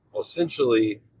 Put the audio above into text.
essentially